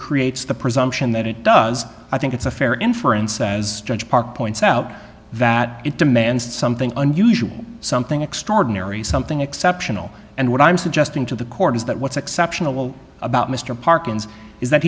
creates the presumption that it does i think it's a fair inference as judge parker points out that it demands something unusual something extraordinary something exceptional and what i'm suggesting to the court is that what's exceptional about mr parkins is that